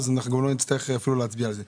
אפילו לא נצטרך להצביע על זה.